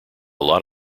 lot